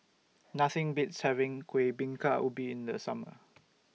Nothing Beats having Kuih Bingka Ubi in The Summer